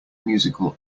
musical